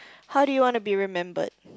how do you want to be remembered